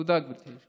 תודה, גברתי.